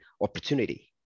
opportunity